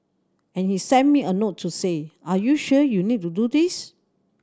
and he sent me a note to say are you sure you need to do this